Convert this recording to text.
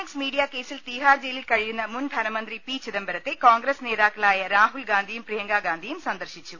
X media കേസിൽ തീഹാർ ജയിലിൽ കഴിയുന്ന മുൻ ധനമന്ത്രി പി ചിദംബരത്തെ കോൺഗ്രസ് നേതാക്കളായ രാഹുൽഗാന്ധിയും പ്രിയങ്കഗാന്ധിയും സന്ദർശിച്ചു